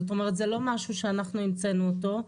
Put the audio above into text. זאת אומרת זה לא משהו שאנחנו המצאנו אותו.